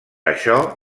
això